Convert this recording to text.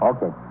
Okay